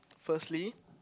firstly